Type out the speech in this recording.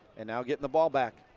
and now getting the ball back.